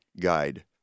guide